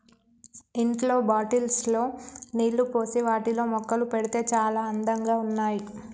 ఇంట్లో బాటిల్స్ లో నీళ్లు పోసి వాటిలో మొక్కలు పెడితే చాల అందంగా ఉన్నాయి